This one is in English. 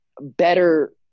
better